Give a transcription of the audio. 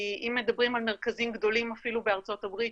כי אם מדברים על מרכזים גדולים אפילו בארצות הברית,